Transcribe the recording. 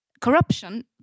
corruption